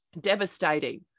devastating